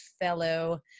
fellow